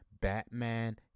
Batman